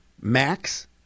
max